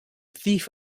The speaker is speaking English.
thief